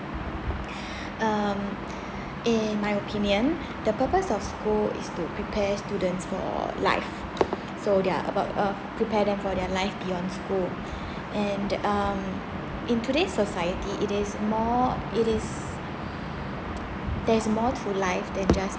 um in my opinion the purpose of school is to prepare students for live so there are about uh prepare for their life beyond school and um in today's society it is more it is there's more to life than just